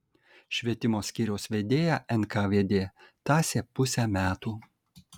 švietimo skyriaus vedėją nkvd tąsė pusę metų